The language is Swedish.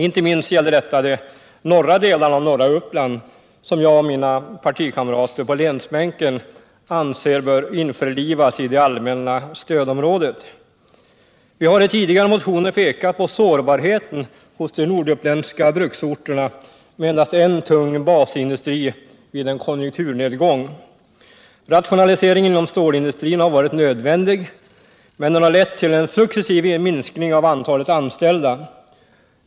Inte minst gäller detta de norra delarna av Uppland, vilka jag och mina partikamrater på Uppsalalänsbänken anser bör införlivas i det allmänna stödområdet. Vi har i tidigare motioner pekat på sårbarheten hos de norduppländska bruksorterna med endast en tung basindustri vid en konjunkturnedgång. Rationaliseringen inom stålindustrin har varit nödvändig, men den har lett till en successiv minskning av antalet anställda.